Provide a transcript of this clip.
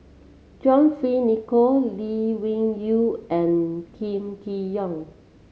John Fearns Nicoll Lee Wung Yew and Kam Kee Yong